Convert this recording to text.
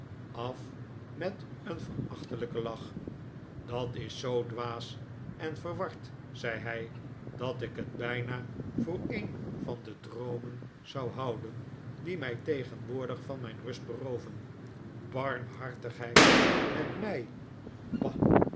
af met een verachtelijken lach dat is zoo dwaas en verward zei hij dat ik het bijna voor een van de droomen zou houden die mij tegenwoordig van mijn rust berooven barmhartigheid met mij bah